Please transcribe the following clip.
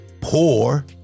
poor